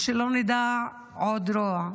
ושלא נדע עוד רוע.